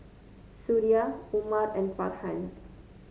Suria Umar and Farhan